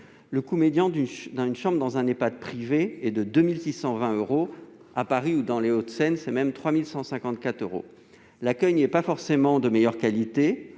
Le coût médian d'une chambre dans un Ehpad privé est de 2 620 euros ; à Paris ou dans les Hauts-de-Seine, ce coût atteint même 3 154 euros. L'accueil n'est pas forcément de meilleure qualité,